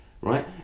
right